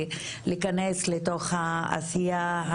להיכנס לתוך העשייה,